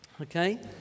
Okay